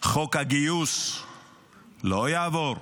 חוק הגיוס לא יעבור,